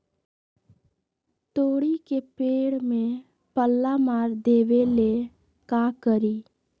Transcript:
तोड़ी के पेड़ में पल्ला मार देबे ले का करी?